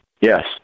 yes